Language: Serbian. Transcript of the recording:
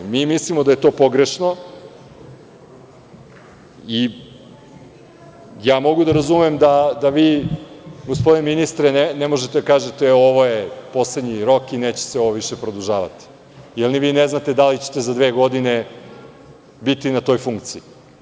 Mislimo da je to pogrešno i mogu da razumem da vi gospodine ministre ne možete da kažete ovo je poslednji rok i ovo se više neće produžavati, jer ni vi ne znate da li ćete za dve godine biti na toj funkciji.